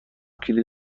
کلید